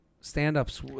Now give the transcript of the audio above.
Stand-ups